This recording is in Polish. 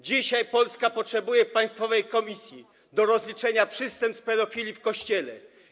Dzisiaj Polska potrzebuje państwowej komisji do rozliczenia przestępstw pedofilii w Kościele.